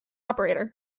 operator